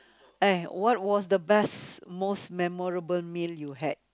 eh what was the best most memorable meal you had